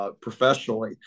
Professionally